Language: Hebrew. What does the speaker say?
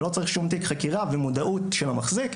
ולא צריך שום תיק חקירה ומודעות של המחזיק.